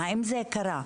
האם זה קרה?